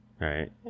right